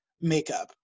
makeup